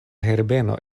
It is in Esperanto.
herbeno